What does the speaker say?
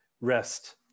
rest